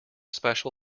special